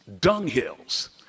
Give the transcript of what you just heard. dunghills